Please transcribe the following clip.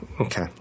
Okay